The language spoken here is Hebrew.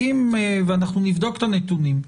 אנחנו נבדוק את הנתונים,